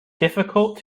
difficult